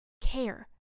care